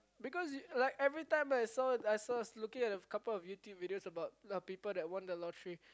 because you like everytime I saw I saw looking at couple of YouTube videos about people who won the lottery